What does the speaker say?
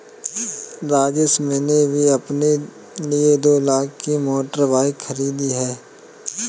राजेश मैंने भी अपने लिए दो लाख की मोटर बाइक खरीदी है